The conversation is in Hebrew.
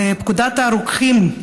בפקודת הרוקחים,